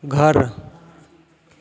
घर